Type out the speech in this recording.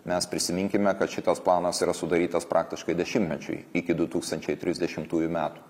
mes prisiminkime kad šitas planas yra sudarytas praktiškai dešimtmečiui iki du tūkstančiai trisdešimtųjų metų